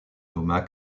nomma